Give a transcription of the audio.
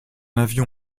avion